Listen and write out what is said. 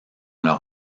leur